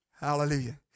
Hallelujah